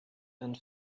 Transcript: and